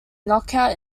knockout